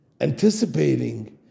anticipating